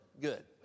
Good